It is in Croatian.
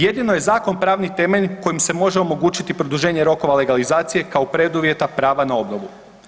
Jedino je zakon pravni temelj kojim se može omogućiti produženje rokova legalizacije kao preduvjeta prava na obnovu.